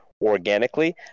organically